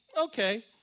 okay